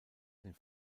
den